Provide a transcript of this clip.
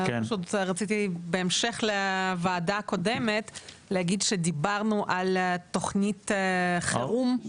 רציתי בהמשך לוועדה הקודמת להגיד שדיברנו על תוכנית חירום.